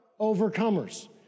overcomers